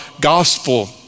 gospel